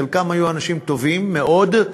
חלקם היו אנשים טובים מאוד,